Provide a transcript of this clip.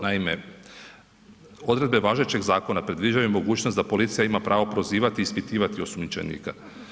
Naime, odredbe važećeg zakona predviđaju mogućnost da policija ima pravo prozivati i ispitivati osumnjičenika.